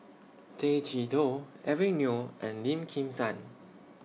Tay Chee Toh Eric Neo and Lim Kim San